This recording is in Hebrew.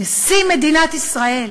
נשיא מדינת ישראל.